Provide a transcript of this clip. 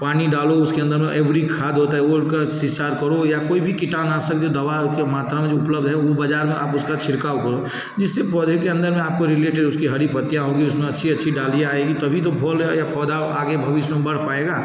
पानी डालो उसके अंदर एवरी खाद होता है उनका छिड़काव करो या कोई भी किटनाशक जो दवा है उसकी मात्रा में जो उपलब्ध है वो बाजार में आप उसका छिड़काव करो जिससे पौधे के अंदर में आपको रिलेटेड उसकी हरी पत्तियाँ होगी उसमें अच्छी अच्छी डालियाँ आएगी तभी तो फूल या पौधा आगे भविष्य में बढ़ पाएगा